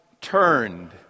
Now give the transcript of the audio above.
turned